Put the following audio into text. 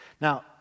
Now